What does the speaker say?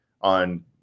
on